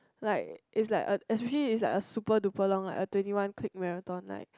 like is like a especially is like a super duper long like a twenty one click marathon like